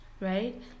right